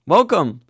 Welcome